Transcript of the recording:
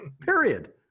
period